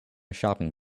shopping